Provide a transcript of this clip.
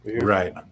Right